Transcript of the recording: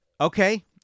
Okay